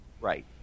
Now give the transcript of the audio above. Right